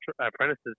apprentices